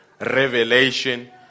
revelation